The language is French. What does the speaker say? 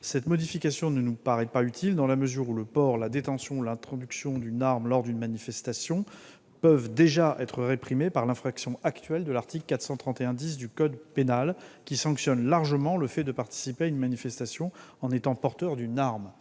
Cette modification ne paraît pas utile dans la mesure où le port, la détention ou l'introduction d'armes lors d'une manifestation peuvent déjà être réprimés par l'infraction actuelle de l'article 431-10 du code pénal, qui sanctionne largement le fait de participer à une manifestation en étant porteur d'une arme.